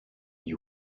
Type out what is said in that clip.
you